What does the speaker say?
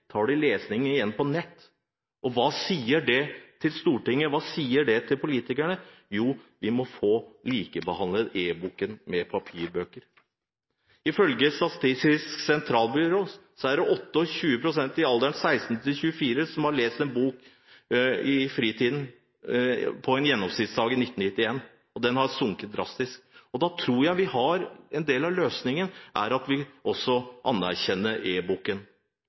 tar de lesingen igjen på nett. Hva sier det Stortinget? Hva sier det politikerne? Jo, vi må få likebehandlet e-boken med papirboken. Ifølge Statistisk sentralbyrå hadde 28 pst. i alderen 16–24 år lest en bok i fritiden på en gjennomsnittsdag i 1991. I dag har den andelen sunket drastisk. Da tror jeg at en del av løsningen er at vi også anerkjenner